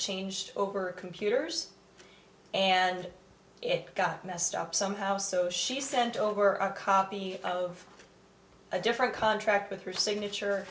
changed over computers and it got messed up somehow so she sent over a copy of a different contract with her signature